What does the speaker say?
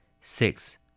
six